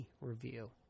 review